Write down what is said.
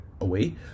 away